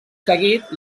seguit